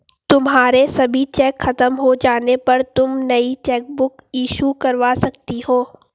तुम्हारे सभी चेक खत्म हो जाने पर तुम नई चेकबुक इशू करवा सकती हो